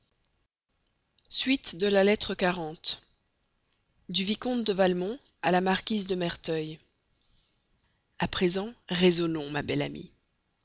respectueux de la lettre xl du vicomte de valmont à la marquise de merteuil a présent raisonnons ma belle amie